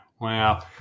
Wow